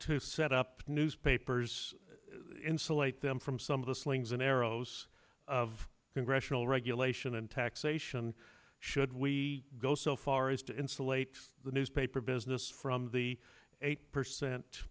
to set up newspapers insulate them from some of the slings and arrows of congressional regulation and taxation should we go so far as to insulate the newspaper business from the eight percent